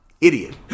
Idiot